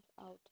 out